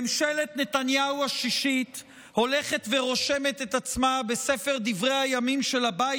ממשלת נתניהו השישית הולכת ורושמת את עצמה בספר דברי הימים של הבית